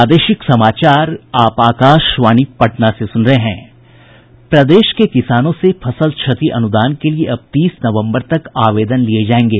प्रदेश के किसानों से फसल क्षति अनुदान के लिए अब तीस नवम्बर तक आवेदन लिये जायेंगे